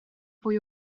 fwy